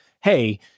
hey